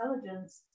intelligence